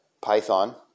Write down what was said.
Python